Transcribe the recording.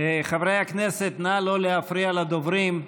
חברי הכנסת, נא לא להפריע לדוברים.